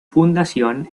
fundación